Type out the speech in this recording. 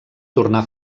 tornar